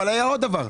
אבל היה עוד דבר,